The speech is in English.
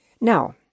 Now